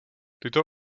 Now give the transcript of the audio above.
tyto